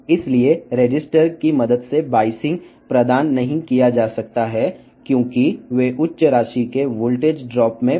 కాబట్టి రెసిస్టర్ సహాయంతో బయాసింగ్ అందించబడదు ఎందుకంటే అధిక మొత్తంలో వోల్టేజ్ డ్రాప్ అవుతుంది